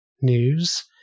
news